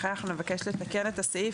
לכן אנחנו נבקש לתקן את הסעיף,